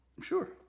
Sure